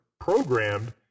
programmed